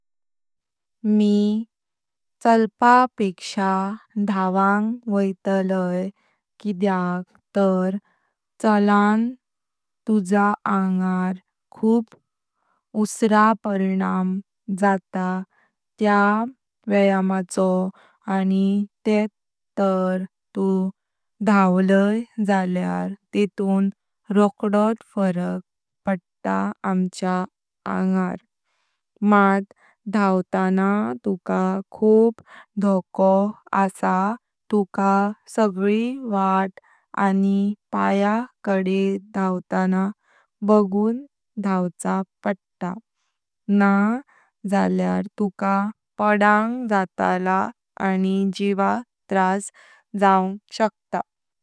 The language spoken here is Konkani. मी चलप पेक्श्या धावांग वैतलाय किद्याक तर चलोन तुजां अंगार खूप उसरा परिणाम जाता त्या व्यायमाचो आनि तेत तर तू धावलय जाल्या तितून रोकडोत फराक पड़ता आमचा अंगार। मात धावताना तुका खूप धोको आसा तुका सगळी वाट आनि पाया कडे धावताना बगून दवचा पड़ता ना जाल्या तुका पडोंग जातला आनि जीवाक त्रास जाव शकता।